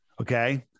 okay